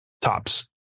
tops